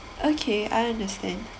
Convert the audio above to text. okay I understand